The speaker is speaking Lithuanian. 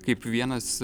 kaip vienas